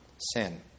sin